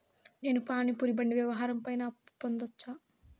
నేను పానీ పూరి బండి వ్యాపారం పైన అప్పు పొందవచ్చా?